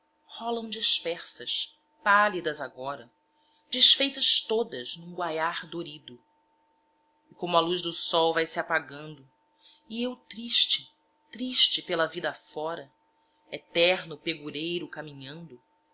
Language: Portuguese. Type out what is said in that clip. rolam dispersas pálidas agora desfeitas todas num guaiar dorido e como a luz do sol vai-se apagando e eu tiste triste pela vida afora eterno pegureiro caminhando